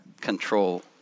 control